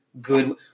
good